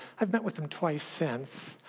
i've met with them twice since.